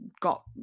got